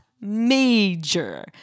Major